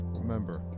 remember